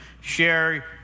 share